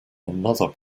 another